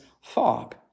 fog